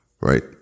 Right